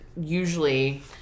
usually